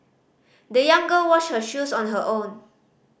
the young girl washed her shoes on her own